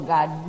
God